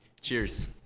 Cheers